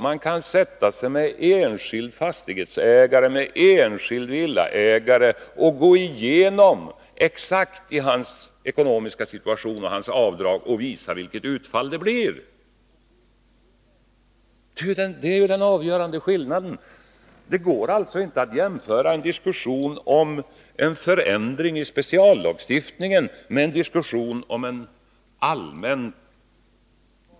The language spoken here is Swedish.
Man kan med en enskild villaägare exakt gå igenom dennes ekonomiska situation och visa vilket utfallet blir. Det är den avgörande skillnaden. Det går inte att jämföra en diskussion om en förändring i speciallagstiftningen med en diskussion om en allmänt